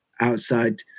outside